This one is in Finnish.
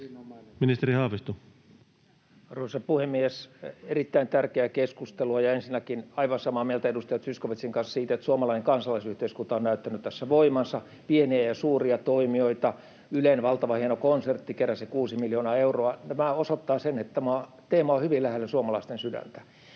Arvoisa puhemies! Erittäin tärkeää keskustelua, ja ensinnäkin olen aivan samaa mieltä edustaja Zyskowiczin kanssa siitä, että suomalainen kansalaisyhteiskunta on näyttänyt tässä voimansa: on pieniä ja suuria toimijoita, ja Ylen valtavan hieno konsertti keräsi kuusi miljoonaa euroa. Tämä osoittaa sen, että tämä teema on hyvin lähellä suomalaisten sydäntä.